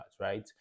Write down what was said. right